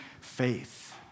faith